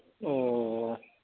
ꯑꯣ